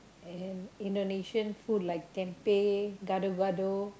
and Indonesia food like tempeh gado-gado